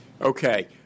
Okay